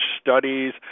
studies